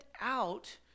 out